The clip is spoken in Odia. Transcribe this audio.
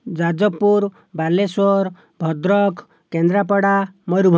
ଯାଜପୁର ବାଲେଶ୍ୱର ଭଦ୍ରକ କେନ୍ଦ୍ରାପଡ଼ା ମୟୁରଭଞ୍ଜ